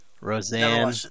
Roseanne